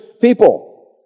people